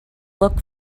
look